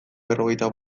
berrogeita